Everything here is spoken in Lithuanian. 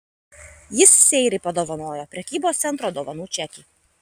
jis seirai padovanojo prekybos centro dovanų čekį